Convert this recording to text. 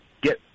get